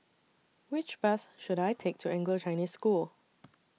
Which Bus should I Take to Anglo Chinese School